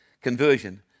conversion